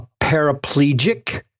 paraplegic